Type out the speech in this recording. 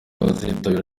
azitabira